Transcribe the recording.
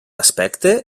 aspecte